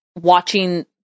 watching